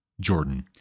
Jordan